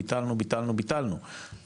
ביטלנו, ביטלנו, ביטלנו, ביטלנו״.